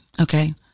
okay